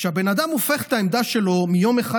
כשהבן אדם הופך את העמדה שלו מיום אחד